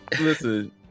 Listen